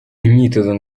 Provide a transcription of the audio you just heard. imyitozo